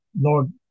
Lord